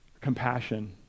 compassion